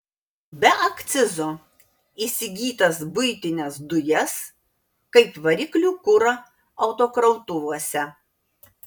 be akcizo įsigytas buitines dujas kaip variklių kurą autokrautuvuose